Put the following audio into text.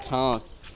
France